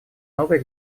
новые